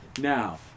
Now